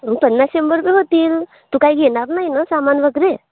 पन्नास शंभर रुपये होतील तू काय घेणार नाही न सामान वगैरे